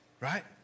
right